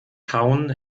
kauen